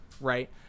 right